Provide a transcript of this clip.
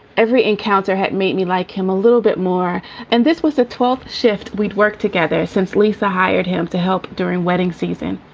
every encounter had made me like him a little bit more and this was the twelfth shift we'd worked together since lisa hired him to help during wedding season.